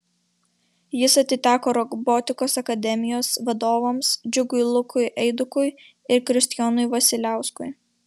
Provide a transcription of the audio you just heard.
jis atiteko robotikos akademijos vadovams džiugui lukui eidukui ir kristijonui vasiliauskui